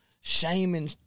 shaming